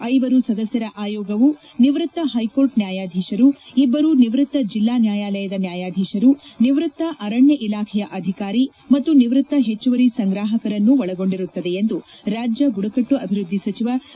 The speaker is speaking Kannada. ಐವರು ಸದಸ್ನರ ಆಯೋಗವು ನಿವ್ವತ್ತ ಹೈಕೋರ್ಟ್ ನ್ಯಾಯಾಧೀಶರು ಇಬ್ಬರು ನಿವೃತ್ತ ಜಿಲ್ಡಾ ನ್ಯಾಯಾಲಯದ ನ್ಯಾಯಾಧೀಶರು ನಿವೃತ್ತ ಅರಣ್ಯ ಇಲಾಖೆಯ ಅಧಿಕಾರಿ ಮತ್ತು ನಿವೃತ್ತ ಹೆಚ್ಚುವರಿ ಸಂಗ್ರಾಹಕರನ್ನು ಒಳಗೊಂಡಿರುತ್ತದೆ ಎಂದು ರಾಜ್ಯ ಬುದಕಟ್ಟು ಅಭಿವ್ವದ್ದಿ ಸಚಿವ ಗಣಪತ್ ಸಿನ್ಲ್ ವಾಸವ ಹೇಳಿದ್ದಾರೆ